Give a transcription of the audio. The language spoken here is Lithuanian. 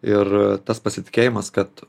ir tas pasitikėjimas kad